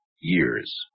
years